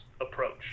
approach